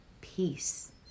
peace